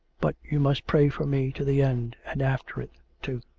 but you must pray for me to the end, and after it, too.